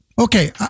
okay